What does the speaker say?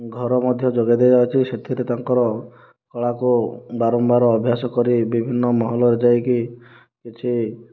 ଘର ମଧ୍ୟ ଯୋଗେଇ ଦିଆଯାଉଛି ସେଥିରେ ତାଙ୍କ କଳାକୁ ବାରମ୍ବାର ଅଭ୍ୟାସ କରି ବିଭିନ୍ନ ମହଲରେ ଯାଇକି କିଛି